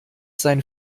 sein